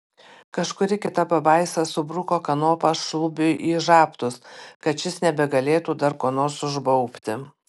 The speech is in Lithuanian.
kažkuri kita pabaisa subruko kanopą šlubiui į žabtus kad šis nebegalėtų dar ko nors užbaubti